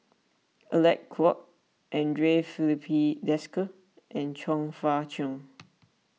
Alec Kuok andre Filipe Desker and Chong Fah Cheong